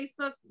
Facebook